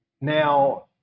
Now